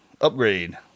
upgrade